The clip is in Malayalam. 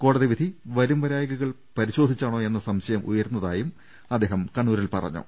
കോടതി വിധി വരുംവരായ്ക കൾ പരിശോധിച്ചാണോ എന്ന സംശയം ഉയരുന്നതായി അദ്ദേഹം കണ്ണൂരിൽ പറഞ്ഞു